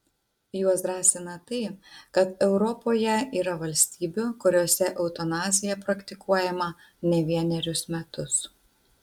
juos drąsina tai kad europoje yra valstybių kuriose eutanazija praktikuojama ne vienerius metus